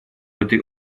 этой